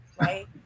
right